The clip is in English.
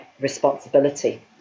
responsibility